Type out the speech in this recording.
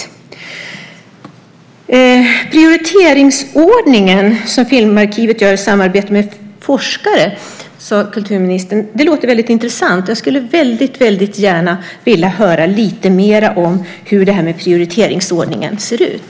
Den prioriteringsordning som Filmarkivet gör i samarbete med forskare, sade kulturministern. Det låter väldigt intressant. Jag skulle väldigt gärna vilja höra lite mer om hur prioriteringsordningen ser ut.